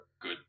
good